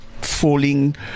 falling